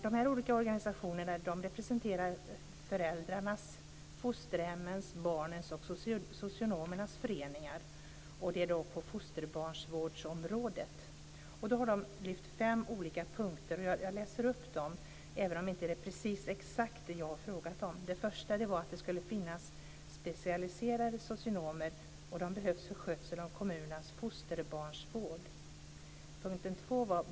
De här olika organisationerna representerar föräldrarnas, fosterhemmens, barnens och socionomernas föreningar på fosterbarnsvårdområdet. De har lyft fram fem olika punkter. Jag läser upp dem, även om det inte är exakt det jag har frågat om. 1. Det ska finnas specialiserade socionomer. De behövs för skötsel av kommunernas fosterbarnsvård. 2.